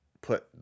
put